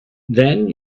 then